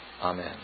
Amen